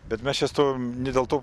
bet mes čia stovim ne dėl to